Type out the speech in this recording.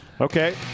Okay